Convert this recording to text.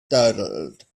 startled